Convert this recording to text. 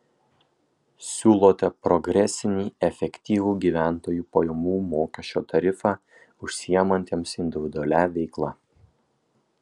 siūlote progresinį efektyvų gyventojų pajamų mokesčio tarifą užsiimantiems individualia veikla